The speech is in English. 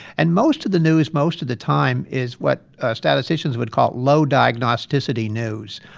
and most of the news, most of the time, is what statisticians would call low diagnosticity news.